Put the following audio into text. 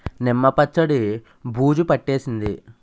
నిమ్మ పచ్చడి బూజు పట్టేసింది